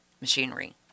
machinery